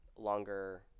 longer